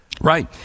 right